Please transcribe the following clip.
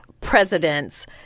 presidents